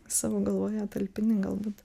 savo galvoje talpini galbūt